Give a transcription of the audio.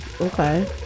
Okay